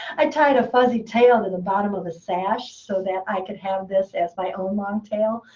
i tied a fuzzy tail to the bottom of a sash, so that i could have this as my own long tail,